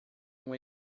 uma